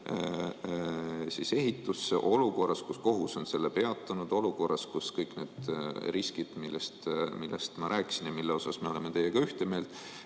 ehitusse olukorras, kus kohus on selle peatanud, olukorras, kus on olemas kõik need riskid, millest ma rääkisin ja milles me oleme teiega ühte meelt